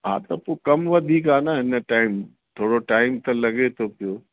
हा त पोइ कमु वधीक आहे न हिन टाइम थोरो टाइम त लॻे थो पियो